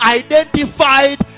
identified